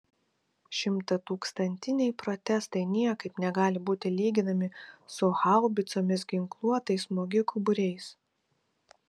šimtatūkstantiniai protestai niekaip negali būti lyginami su haubicomis ginkluotais smogikų būriais